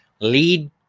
lead